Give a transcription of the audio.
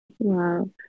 wow